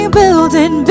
building